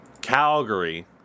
Calgary